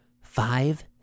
Five